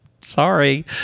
Sorry